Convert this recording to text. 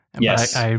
yes